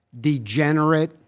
degenerate